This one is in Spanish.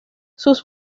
sus